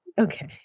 Okay